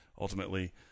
ultimately